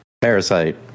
Parasite